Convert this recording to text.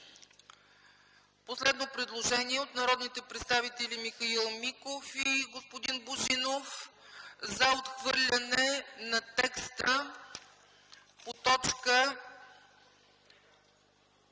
Последно предложение – от народните представители Михаил Миков и Георги Божинов, за отхвърляне на текста по т.